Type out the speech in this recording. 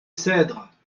cèdres